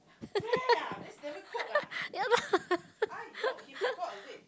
yeah lah